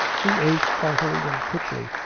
he ate heartily and quickly,